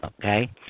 Okay